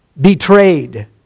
betrayed